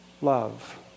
love